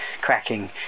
cracking